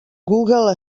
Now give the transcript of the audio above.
google